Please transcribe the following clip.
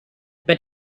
but